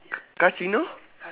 casino ca~